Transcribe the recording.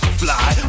fly